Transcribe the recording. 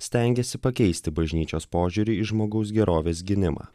stengiasi pakeisti bažnyčios požiūrį į žmogaus gerovės gynimą